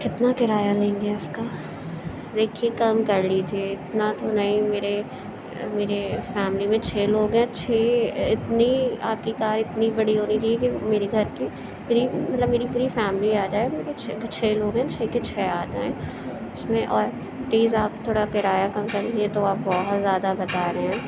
کتنا کرایہ لیں گے اس کا دیکھیے کم کر لیجیے اتنا تو نہیں میرے میرے فیملی میں چھ لوگ ہیں چھ اتنی آپ کی کار اتنی بڑی ہونی چاہیے کہ میری گھر کی پوری مطلب میری پوری فیملی آ جائے ہم کوئی چھ چھ لوگ ہیں چھ کے چھ آ جائیں اس میں اور پلیز آپ تھوڑا کرایہ کم کر لیجیے یہ تو آپ بہت زیادہ بتا رہے ہیں